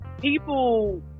people